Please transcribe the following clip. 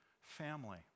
family